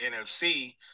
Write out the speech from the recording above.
NFC